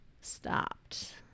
stopped